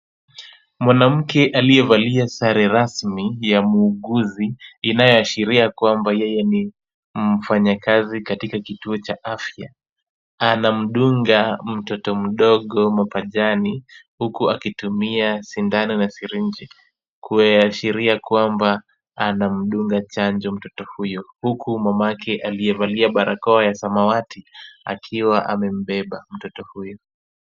Mwanamke aliyevalia sare rasmi ya muuguzi inayoashiria kwamba yeye ni mfanyikazi katika kituo cha afya, anamdunga mtoto mdogo mapajani huku akitumia sindano na sirinji, kuashiria kwamba anamdunga chanjo mtoto huyo huku mamake aliyevalia barakoa ya samawati akiwa amembeba mtoto huyo.